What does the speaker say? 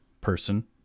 person